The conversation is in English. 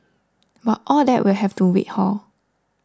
but all that will have to wait hor